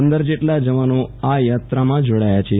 પંદર જેટલા જવાના આ યાત્રામાં જોડાયા છે